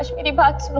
ah anybody. but